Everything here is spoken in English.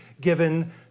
given